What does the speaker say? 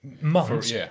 months